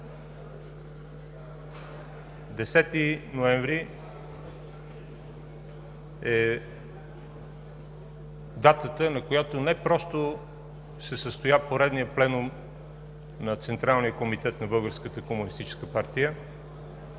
ноември е датата, на която не просто се състоя поредният пленум на Централния комитет на